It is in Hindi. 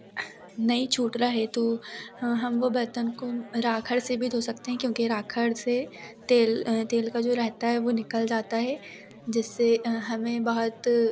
नई छूट रहा है तो हाँ हम वह बर्तन को राखड़ से भी धो सकते हैं क्योंकि राखड़ से तेल तेल का जो रहेता है वह निकल जाता है जिससे हमें बहुत